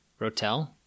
Rotel